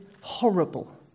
horrible